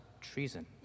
treason